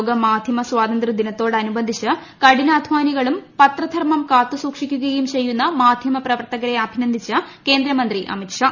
ലോക മാധ്യമ സ്വാതന്ത്രൃ ദിനത്തോട് അനുബന്ധിച്ച് കഠിനാധാനികളും പത്രധർമ്മം കാത്തുസൂക്ഷിക്കുകയും ചെയ്യുന്ന മാധ്യമ പ്രവർത്തകരെ അഭിനന്ദിച്ച് കേന്ദ്രമന്ത്രി അമിത്ഷാ